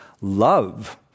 love